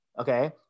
okay